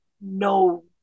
no